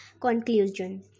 conclusion